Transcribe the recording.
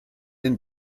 den